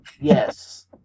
Yes